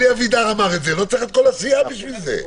אלי אבידר אמר את זה לא צריך את כל הסיעה בשביל זה.